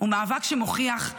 הוא מאבק שמוכיח,